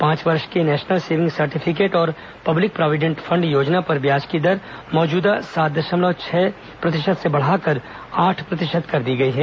पांच वर्ष के नेशनल सेविंग्स सर्टिफिकेट और पब्लिक प्रॉविडेंट फंड योजना पर ब्याज की दर मौजूदा सात दशमलव छह प्रतिशत से बढ़ाकर आठ प्रतिशत कर दी गई है